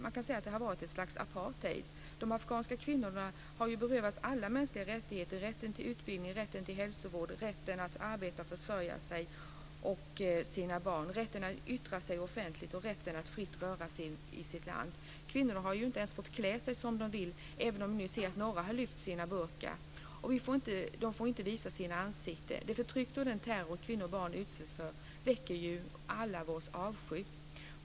Man kan säga att det har varit ett slags apartheid. De afghanska kvinnorna har ju berövats alla mänskliga rättigheter - rätten till utbildning, rätten till hälsovård, rätten att arbeta och försörja sig och sina barn, rätten att yttra sig offentligt och rätten att fritt röra sig i sitt land. Kvinnor har inte ens fått klä sig som de vill, även om vi nu ser att några har lyft sina burkor. Kvinnorna får inte visa sina ansikten. Det förtryck och den terror som kvinnor och barn utsätts för väcker allas vår avsky.